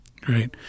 Great